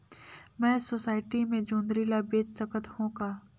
मैं सोसायटी मे जोंदरी ला बेच सकत हो का?